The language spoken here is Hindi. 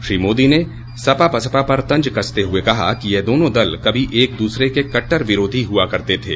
श्री मोदी ने सपा बसपा पर तंज कसते हुए कहा कि यह दोनों दल कभी एक दूसर के कट्टर विरोधी हुआ करते थे